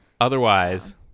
Otherwise